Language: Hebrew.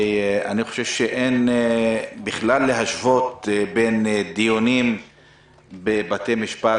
אני חושב שאין בכלל להשוות בין דיונים בבתי משפט,